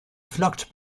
flockt